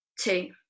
Two